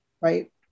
Right